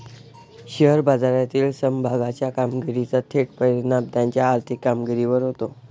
share बाजारातील समभागाच्या कामगिरीचा थेट परिणाम त्याच्या आर्थिक कामगिरीवर होतो